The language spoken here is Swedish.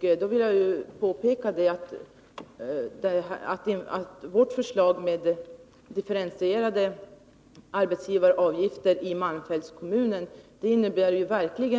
Jag vill påpeka att vårt förslag med differentierade arbetsgivaravgifter i malmfältskommunen verkligen